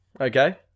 Okay